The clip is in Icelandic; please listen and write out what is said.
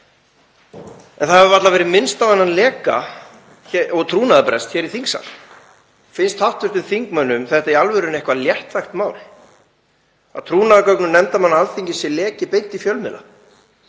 En það hefur varla verið minnst á þennan leka og trúnaðarbrest hér í þingsal. Finnst hv. þingmönnum þetta í alvörunni eitthvert léttvægt mál, að trúnaðargögnum nefndarmanna Alþingis sé lekið beint í fjölmiðla?